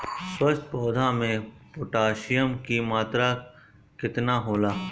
स्वस्थ पौधा मे पोटासियम कि मात्रा कितना होला?